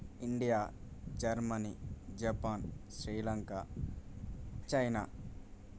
India Germany Japan Sri Lanka China